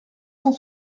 cent